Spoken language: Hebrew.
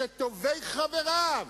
שטובי חבריו,